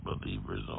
believers